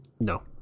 No